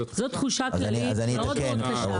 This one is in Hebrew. זו תחושה כללית מאוד מאוד קשה.